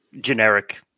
generic